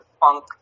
punk